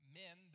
men